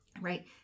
Right